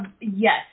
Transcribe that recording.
Yes